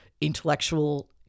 intellectual –